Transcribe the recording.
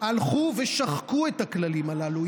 הלכו ושחקו את הכללים הללו,